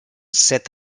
set